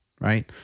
Right